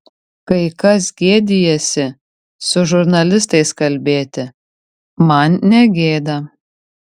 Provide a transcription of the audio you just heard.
kai kas gėdijasi su žurnalistais kalbėti man negėda